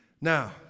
Now